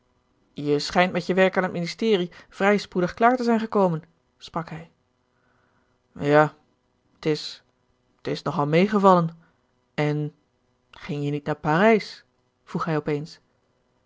je schijnt met je werk aan het ministerie vrij spoedig klaar te zijn gekomen sprak hij ja t is t is nog al meegevallen en ging je niet naar parijs vroeg hij